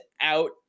out